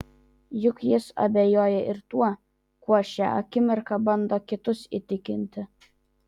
juk jis abejoja ir tuo kuo šią akimirką bando kitus įtikinti